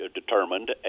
determined